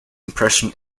impression